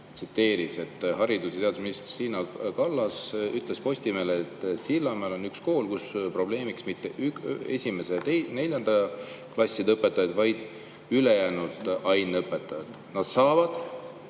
tsiteeris. Haridus- ja teadusminister Kristina Kallas ütles Postimehele, et Sillamäel on üks kool, kus on probleemiks mitte esimeste ja neljandate klasside õpetajad, vaid ülejäänud aineõpetajad. "Nad saavad